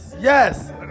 yes